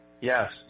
Yes